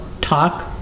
talk